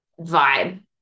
vibe